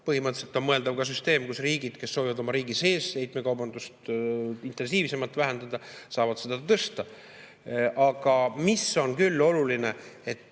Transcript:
Põhimõtteliselt on mõeldav ka süsteem, kus riigid, kes soovivad oma riigi sees heitmekaubandust intensiivsemalt vähendada, saavad seda [miinimumi] tõsta. Aga see on küll oluline, et